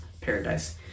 paradise